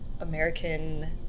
American